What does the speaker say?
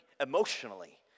emotionally